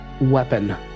weapon